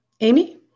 Amy